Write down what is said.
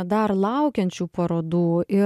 dar laukiančių parodų ir